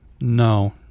no